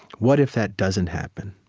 what if that doesn't happen?